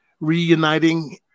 reuniting